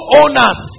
owners